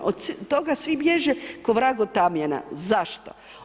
Od toga svi bježe ko vrag od tamjana, zašto?